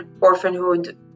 orphanhood